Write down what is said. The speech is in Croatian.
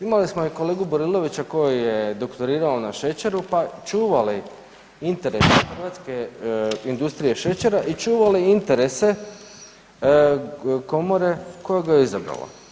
Imali smo i kolegu Burilovića koji je doktorirao na šećeru pa čuva li interese hrvatske industrije šećera i čuva li interese komore koja ga je izabrala?